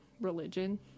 religion